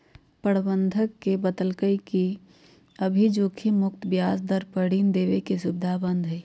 प्रबंधक ने बतल कई कि अभी जोखिम मुक्त ब्याज दर पर ऋण देवे के सुविधा बंद हई